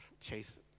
Chase